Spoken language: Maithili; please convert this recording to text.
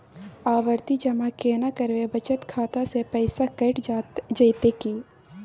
आवर्ति जमा केना करबे बचत खाता से पैसा कैट जेतै की?